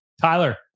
Tyler